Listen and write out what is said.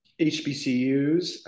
HBCUs